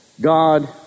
God